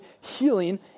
healing